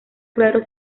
claro